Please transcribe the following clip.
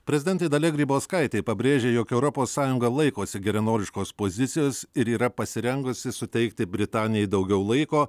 prezidentė dalia grybauskaitė pabrėžė jog europos sąjunga laikosi geranoriškos pozicijos ir yra pasirengusi suteikti britanijai daugiau laiko